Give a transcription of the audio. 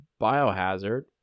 Biohazard